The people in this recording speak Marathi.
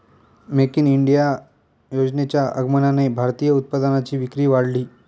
मेक इन इंडिया योजनेच्या आगमनाने भारतीय उत्पादनांची विक्री वाढली